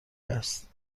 است